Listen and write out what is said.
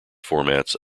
formats